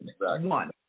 one